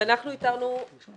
אנחנ